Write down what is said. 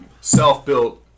self-built